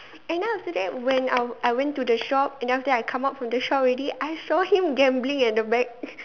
and then after that when I I went to the shop and then after that I come out from the shop already I saw him gambling at the back